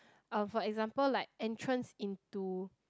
um for example like entrance into